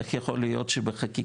איך יכול להיות בחקיקה,